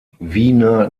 wiener